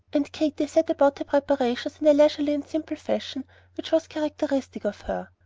and katy set about her preparations in the leisurely and simple fashion which was characteristic of her.